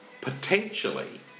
potentially